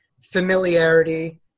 familiarity